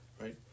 right